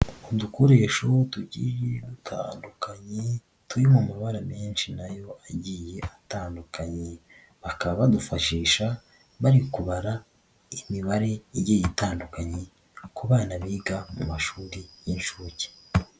Udukoresho tugiye dutandukanye turi mu mabara menshi nayo agiye atandukanye, bakaba badufashisha bari kubara imibare igiye itandukanye ku bana biga mu mashuri y'inshuke.